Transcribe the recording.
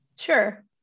Sure